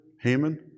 Haman